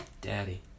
Daddy